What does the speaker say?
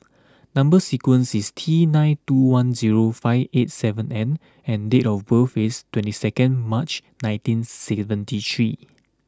number sequence is T nine two one zero five eight seven N and date of birth is twenty second March nineteen seventy three